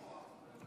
אנחנו פה.